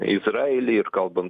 izraelį ir kalbant